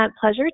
pleasure